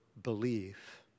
belief